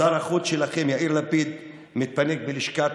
שר החוץ שלכם, יאיר לפיד, מתפנק בלשכת